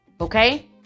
okay